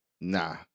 nah